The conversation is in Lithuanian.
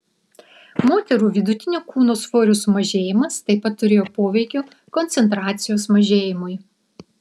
moterų vidutinio kūno svorio sumažėjimas taip pat turėjo poveikio koncentracijos mažėjimui